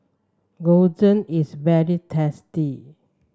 gyoza is very tasty